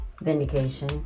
vindication